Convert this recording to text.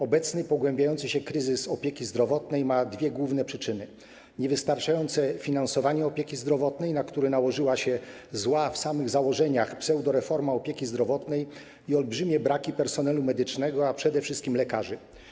Obecny pogłębiający się kryzys opieki zdrowotnej ma dwie główne przyczyny: niewystarczające finansowanie opieki zdrowotnej, na które nałożyła się zła w samych założeniach pseudoreforma opieki zdrowotnej, i olbrzymie braki personelu medycznego, a przede wszystkim lekarzy.